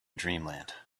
dreamland